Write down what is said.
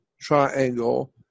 triangle